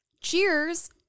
cheers